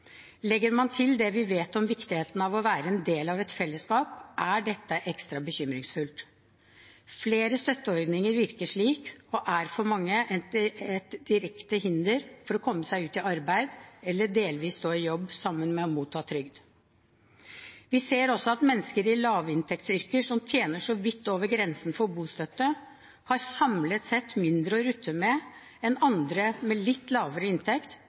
Legger man til det vi vet om viktigheten av å være en del av et fellesskap, er dette ekstra bekymringsfullt. Flere støtteordninger virker slik og er for mange et direkte hinder for å komme seg ut i arbeid eller delvis stå i jobb sammen med å motta trygd. Vi ser også at mennesker i lavinntektsyrker som tjener så vidt over grensen for bostøtte, har samlet sett mindre å rutte med enn andre med litt lavere inntekt,